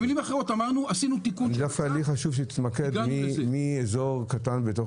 דווקא לי חשוב שתתמקד מאיזור קטן בתוך